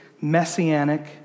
messianic